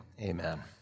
amen